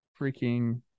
freaking